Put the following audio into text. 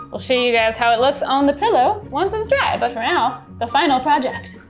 we'll show you guys how it looks on the pillow once it's dry, but for now, the final project.